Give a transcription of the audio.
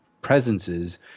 presences